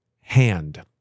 hand